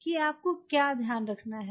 कि आपको क्या ध्यान रखना है